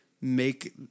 make